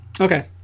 Okay